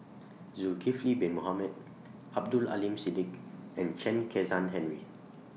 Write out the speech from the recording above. Nulkifli Bin Mohamed Abdul Aleem Siddique and Chen Kezhan Henri